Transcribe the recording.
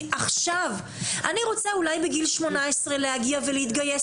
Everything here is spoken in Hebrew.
עכשיו אלא אולי בגיל 18 הם ירצו להגיע לכאן ולהתגייס